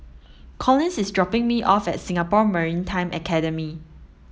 Collins is dropping me off at Singapore Maritime Academy